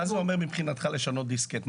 מה זה אומר מבחינתך לשנות דיסקט?